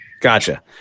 Gotcha